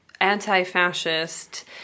anti-fascist